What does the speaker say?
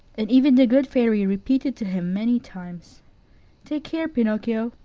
and even the good fairy repeated to him many times take care, pinocchio!